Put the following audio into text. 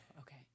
Okay